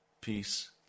peace